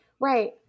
Right